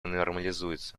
нормализуется